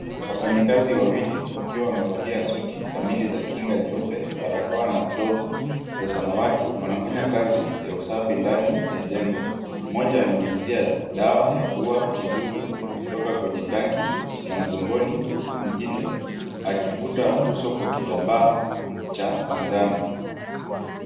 Wafanyakazi wawili wakiwa wamevalia suti kamili za kinga nyeupe, barakoa na glovu za samawati wanafanya kazi ya usafi ndani ya jengo. Mmoja ananyunyuzia dawa ya kuua vidudu kutoka kwenye tanki ya mgongoni huku mwingine akifuta uso kwa kitambaa cha manjano.